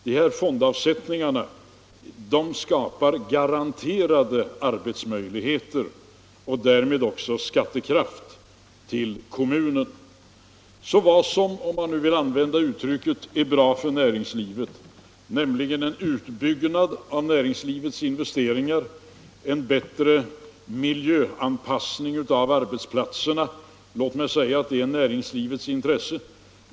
Dessa fondavsättningar skapar garanterade arbetsmöjligheter och därmed också skattekraft till kommunen. En utbyggnad av näringslivets investeringar och en bättre miljöanpassning av arbetsplatserna är bra för näringslivet — om man nu vill använda det uttrycket — och låt mig säga att det ligger i näringslivets intresse.